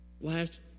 last